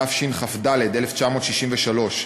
התשכ"ד 1963,